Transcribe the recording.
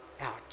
out